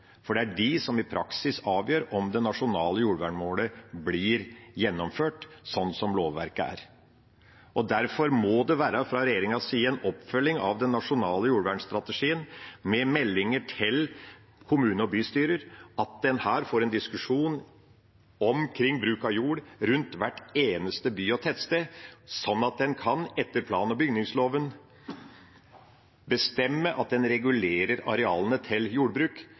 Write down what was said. for det er de som i praksis avgjør om det nasjonale jordvernmålet blir gjennomført sånn som lovverket er. Derfor må det fra regjeringas side være en oppfølging av den nasjonale jordvernstrategien med meldinger til kommuner og bystyrer, sånn at en her får en diskusjon omkring bruk av jord rundt hver eneste by og hvert eneste tettsted, at en etter plan- og bygningsloven kan bestemme at en regulerer arealene til jordbruk,